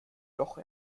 doch